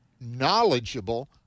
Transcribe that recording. knowledgeable